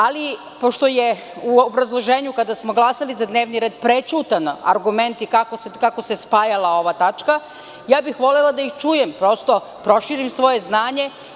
Ali, pošto je u obrazloženju kada smo glasali za dnevni red, prećutani argumenti kako se spajala ova tačka, volela bih da ih čujem, da proširim svoje znanje.